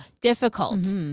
difficult